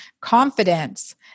confidence